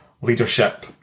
leadership